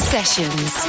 Sessions